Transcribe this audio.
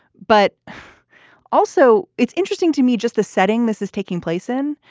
but also, it's interesting to me, just the setting this is taking place in.